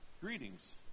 Greetings